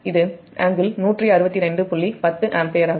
10 ampere மற்றும் Ic0 β Ia0 0 ampere